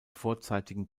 vorzeitigen